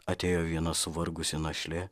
atėjo viena suvargusi našlė